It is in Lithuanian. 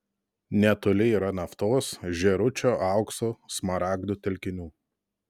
netoli yra naftos žėručio aukso smaragdų telkinių